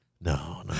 no